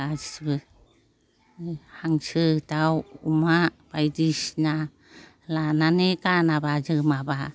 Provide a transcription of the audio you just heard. गासैबो हांसो दाउ अमा बायदिसिना लानानै गानाबा जोमाबा